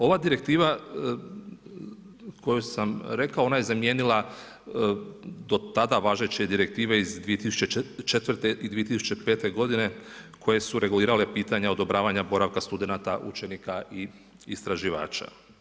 Ova direktiva koju sam rekao ona je zamijenila do tada važeće direktive iz 2004. i 2005. godine koje su regulirale pitanje odobravanja boravka studenata učenika i istraživača.